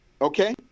okay